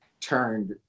turned